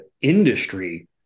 industry